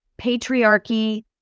patriarchy